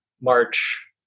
March